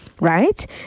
Right